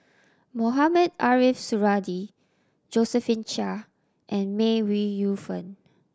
Mohamed Ariff Suradi Josephine Chia and May Ooi Yu Fen